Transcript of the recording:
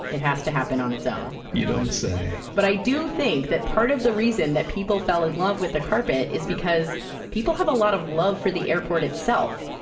it has to happen on its own you don't say but i do think that part of the reason that people fell in love with the carpet is because people have a lot of love for the airport itself,